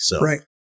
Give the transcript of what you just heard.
Right